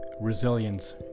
resilience